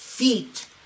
feet